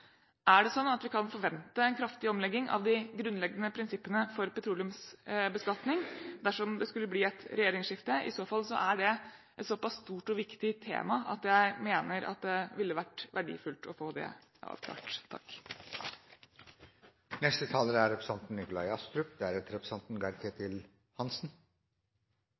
Er det sånn at vi kan forvente en kraftig omlegging av de grunnleggende prinsippene for petroleumsbeskatning dersom det skulle bli et regjeringsskifte? I så fall er det et såpass stort og viktig tema at jeg mener at det ville være verdifullt å få det avklart. La meg først få lov til å takke representanten